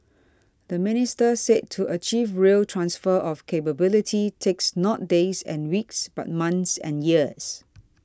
the minister said to achieve real transfer of capability takes not days and weeks but months and years